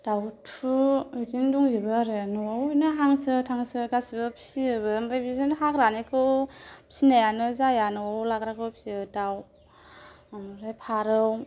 दावथु बिदिनो दंजोबो आरो न'आव बिदिनो हांसो थांसो गासिबो फिजोबो ओमफ्राय बिदिनो हाग्रानिखौ फिनायानो जाया न'आव लाग्राखौल' फियो दाव ओमफ्राय पारौ